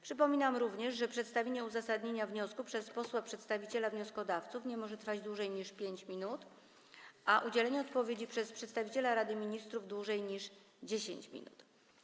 Przypominam również, że przedstawienie uzasadnienia wniosku przez posła przedstawiciela wnioskodawców nie może trwać dłużej niż 5 minut, a udzielenie odpowiedzi przez przedstawiciela Rady Ministrów - dłużej niż 10 minut.